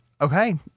Okay